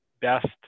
best